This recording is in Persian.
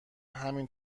همین